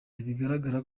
bigaragara